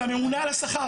והממונה על השכר.